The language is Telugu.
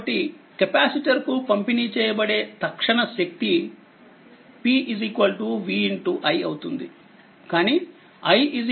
కాబట్టి కెపాసిటర్కు పంపిణీ చేయబడే తక్షణ శక్తి p vi అవుతుంది కానీ i c dv dt